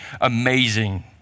amazing